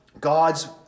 God's